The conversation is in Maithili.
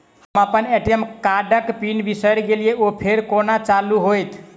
हम अप्पन ए.टी.एम कार्डक पिन बिसैर गेलियै ओ फेर कोना चालु होइत?